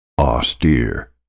austere